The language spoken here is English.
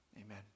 amen